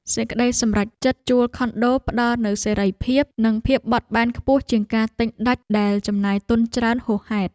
សេចក្តីសម្រេចចិត្តជួលខុនដូផ្តល់នូវសេរីភាព និងភាពបត់បែនខ្ពស់ជាងការទិញដាច់ដែលចំណាយទុនច្រើនហួសហេតុ។